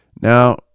Now